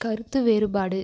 கருத்து வேறுபாடு